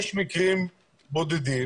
יש מקרים בודדים,